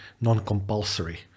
non-compulsory